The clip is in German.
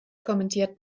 kommentiert